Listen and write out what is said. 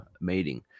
mating